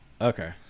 Okay